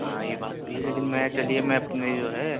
ہاں یہ بات بھی ہے لیکن میں چلیے میں اپنی جو ہے